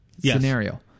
scenario